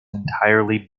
entirely